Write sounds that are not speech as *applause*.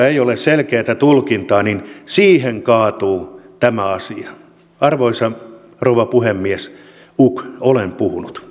*unintelligible* ei ole selkeätä tulkintaa kaatuu tämä asia arvoisa rouva puhemies ugh olen puhunut